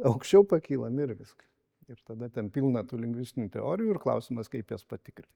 aukščiau pakylam ir viskas ir tada ten pilna tų lingvistinių teorijų ir klausimas kaip jas patikrint